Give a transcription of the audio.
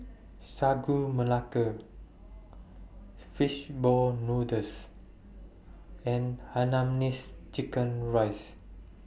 Sagu Melaka Fish Ball Noodles and Hainanese Chicken Rice